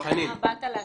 באת להשמיץ?